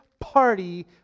party